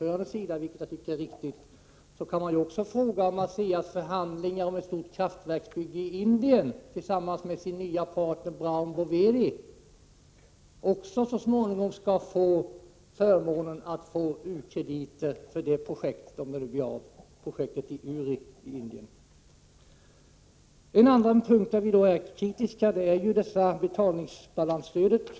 Men då vill jag fråga om ASEA:s förhandlingar om ett stort kraftverksbygge i Uri i Indien tillsammans med den nya partnern Brown Boveri också så småningom skall leda till förmånliga u-krediter för det projektet — om det nu blir av. En annan punkt där vi är kritiska gäller betalningsbalansstödet.